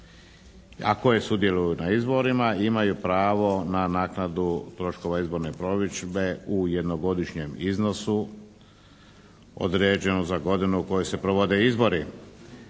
koje sudjeluju na izborima imaju pravo na naknadu troškova izborne promidžbe u jednogodišnjem iznosu određenog za godinu u kojoj se provode izbori.